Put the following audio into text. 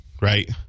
Right